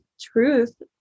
truth